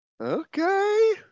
Okay